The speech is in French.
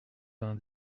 vingt